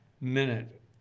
minute